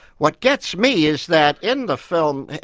what gets me is that in the film,